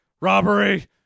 robbery